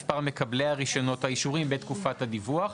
מספר מקבלי הרישיונות או האישורים בתקופת הדיווח.